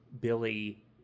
Billy